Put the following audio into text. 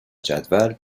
جدول